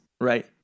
right